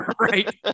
Right